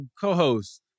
co-host